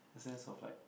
a sense of like